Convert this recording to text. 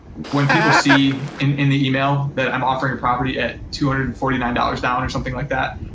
when people see in in the email that i'm offering a property at two hundred and forty nine dollars down or something like that,